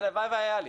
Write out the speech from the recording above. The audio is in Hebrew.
הלוואי והייתה לי.